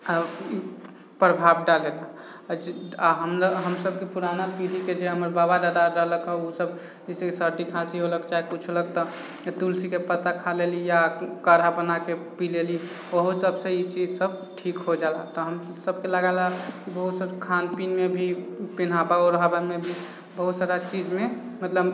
अऽ प्रभाव डालेला आओर हमलोग हमसभके जे पुराना पीढ़ीके जे हमर बाबा दादा रहलकहँ उ सभ किसीके सर्दी खाँसी होलक चाहे कुछ होलक तऽ तऽ तुलसीके पत्ता खा लेली या काढ़ा बनाके पी लेली ओहो सभसँ ई चीज सभ ठीक हो जाला तऽ हमसभके लागेला बहुत सारा खान पीनमे भी पिन्हाबा ओढ़ाबामे भी बहुत सारा चीजमे मतलब